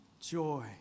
joy